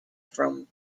from